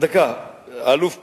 האלוף פלד,